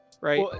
right